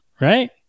right